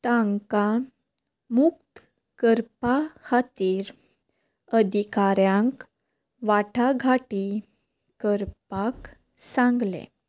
तांकां मुक्त करपा खातीर अधिकाऱ्यांक वाठाघाटी करपाक सांगलें